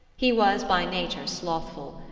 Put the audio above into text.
he was by nature slothful,